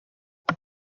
but